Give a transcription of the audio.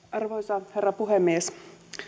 arvoisa herra puhemies